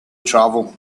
travel